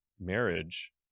marriage